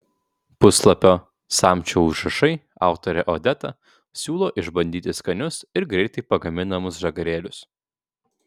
puslapio samčio užrašai autorė odeta siūlo išbandyti skanius ir greitai pagaminamus žagarėlius